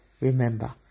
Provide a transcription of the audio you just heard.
Remember